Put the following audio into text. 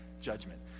judgment